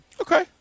Okay